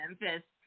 Memphis